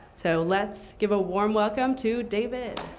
so let's give a warm welcome to david.